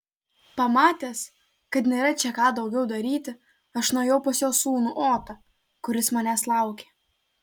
pamatęs kad nėra čia ką daugiau daryti aš nuėjau pas jo sūnų otą kuris manęs laukė